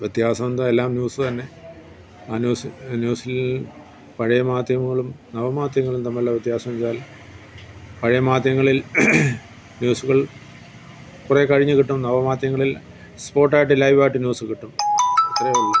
വ്യത്യാസം എന്താ എല്ലാം ന്യൂസ് തന്നെ ആ ന്യൂസ് ന്യൂസിൽ പഴയ മാധ്യമങ്ങളും നവ മാധ്യങ്ങളും തമ്മിലുള്ള വ്യത്യാസം എന്നുവെച്ചാൽ പഴയ മാധ്യങ്ങളിൽ ന്യൂസുകൾ കുറേ കഴിഞ്ഞ് കിട്ടും നവ മാധ്യങ്ങളിൽ സ്പോട്ട് ആയിട്ട് ലൈവായിട്ട് ന്യൂസ് കിട്ടും അത്രേയുള്ളൂ